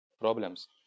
problems